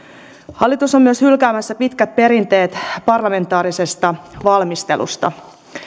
hallitus on myös hylkäämässä pitkät perinteet parlamentaarisesta valmistelusta